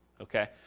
okay